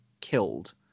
killed